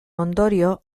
ondorio